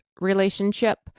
relationship